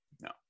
No